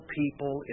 people